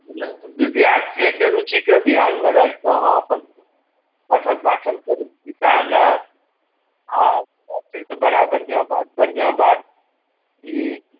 नही विद्यर्थियेके रुचिके ध्यानमे राखिकऽ अहाँ अपन पठन पाठन करै छियै सएह ने अच्छा ई तऽ बड़ा बढ़िऑं बात बढ़िऑं बात ई